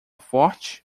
forte